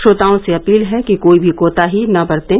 श्रोताओं से अपील है कि कोई भी कोताही न बरतें